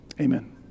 amen